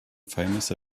famous